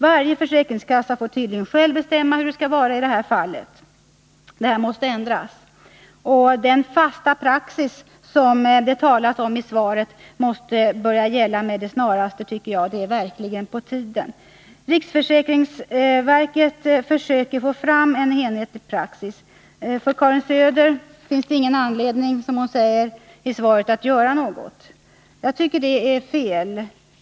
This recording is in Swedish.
Varje försäkringskassa får tydligen själv bestämma hur det skall vara i detta fall. Detta måste ändras. Och den fasta praxis som det talas om i svaret måste börja gälla med det snaraste. Det är verkligen på tiden. Riksförsäkringsverket försöker få fram en enhetlig praxis, men Karin Söder anser att det inte finns anledning att, som hon säger i svaret, göra någonting. Jag tycker det är fel.